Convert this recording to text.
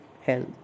health